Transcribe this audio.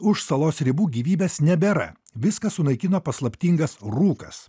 už salos ribų gyvybės nebėra viską sunaikino paslaptingas rūkas